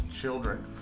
children